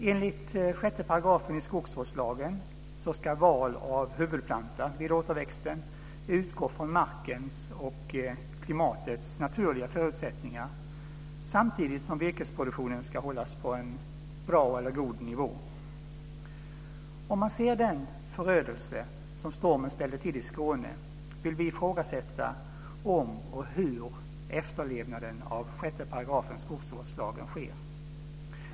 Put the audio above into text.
Enligt 6 § i skogsvårdslagen ska val av huvudplanta vid återväxten utgå från markens och klimatets naturliga förutsättningar, samtidigt som virkesproduktionen ska hållas på en god nivå. När man ser den förödelse som stormen ställde till i Skåne, vill vi ifrågasätta om och hur efterlevnaden av 6 § skogsvårdslagen sker.